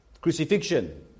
crucifixion